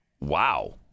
Wow